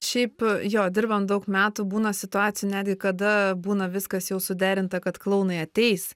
šiaip jo dirbant daug metų būna situacijų netgi kada būna viskas jau suderinta kad klounai ateis